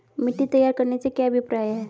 मिट्टी तैयार करने से क्या अभिप्राय है?